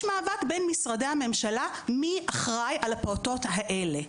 מאבק בין משרדי הממשלה מי אחראי על הפעוטות האלה.